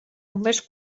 només